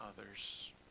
others